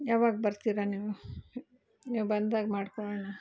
ಯಾವಾಗ ಬರ್ತೀರ ನೀವು ನೀವು ಬಂದಾಗ ಮಾಡ್ಕೊಳೋಣ